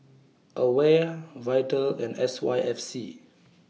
AWARE Vital and S Y F C